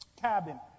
cabin